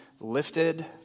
lifted